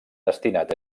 destinat